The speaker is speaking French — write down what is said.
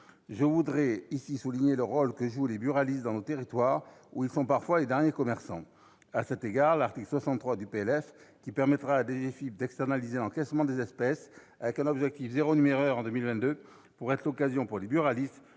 Je voudrais souligner ici le rôle que jouent les buralistes dans nos territoires, où ils sont parfois les derniers commerçants. À cet égard, l'article 63 du PLF, qui permettra à la DGFiP d'externaliser l'encaissement des espèces, avec un objectif « zéro numéraire » en 2022, pourrait être l'occasion pour les buralistes